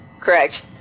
Correct